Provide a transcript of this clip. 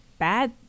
bad